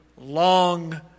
long